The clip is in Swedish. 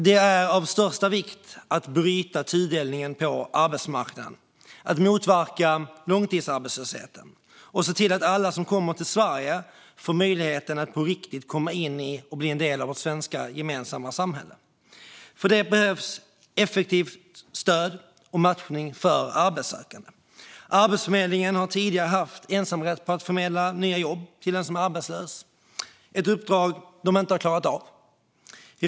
Det är av största vikt att bryta tudelningen på arbetsmarknaden, motverka långtidsarbetslösheten och se till att alla som kommer till Sverige får möjlighet att på riktigt komma in i och bli en del av vårt svenska gemensamma samhälle. För detta behövs effektivt stöd och matchning för arbetssökande. Arbetsförmedlingen har tidigare haft ensamrätt på att förmedla nya jobb till den som är arbetslös, ett uppdrag som de inte har klarat av.